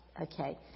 Okay